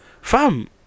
Fam